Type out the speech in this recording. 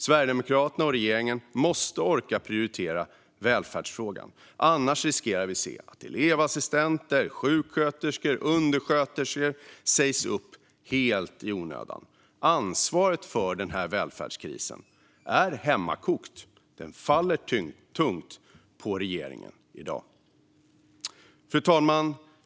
Sverigedemokraterna och regeringen måste orka prioritera välfärdsfrågan. Annars riskerar vi att se hur elevassistenter, undersköterskor och sjuksköterskor sägs upp helt i onödan. Ansvaret för välfärdskrisen är hemkokt och faller tungt på regeringen. Fru talman!